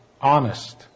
honest